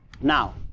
now